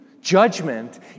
Judgment